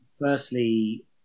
firstly